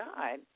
God